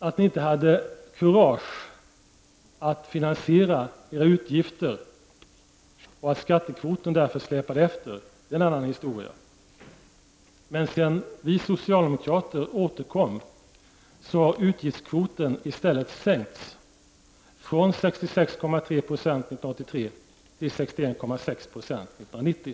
Att ni inte hade kurage att finansiera era utgifter och att skattekvoten därför släpade efter, det är en annan historia. Sedan vi socialdemokrater återkom till makten har utgiftskvoten i stället sänkts från 66,3 96 1983 till 61,6 20 1990.